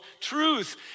truth